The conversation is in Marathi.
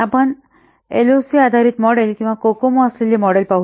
आपण एल ओ सी आधारित मॉडेल किंवा कोकोमो असलेले मॉडेल पाहू या